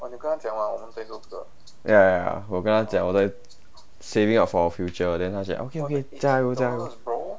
ya ya ya 我跟她讲我在 saving up for our future then 她讲 okay okay 加油加油